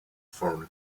foreign